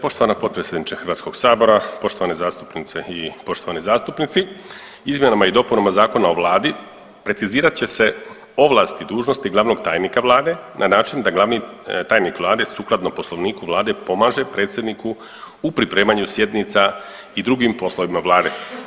Poštovana potpredsjednice Hrvatskog sabora, poštovane zastupnice i poštovani zastupnici, izmjenama i dopunama Zakona o Vladi precizirat će se ovlasti i dužnosti glavnog tajnika vlade na način da glavni tajnik vlade sukladno Poslovniku vlade pomaže predsjedniku u pripremanju sjednica i drugim poslovima vlade.